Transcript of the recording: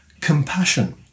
compassion